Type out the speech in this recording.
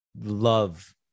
love